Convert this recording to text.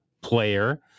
player